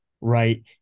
Right